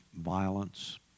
violence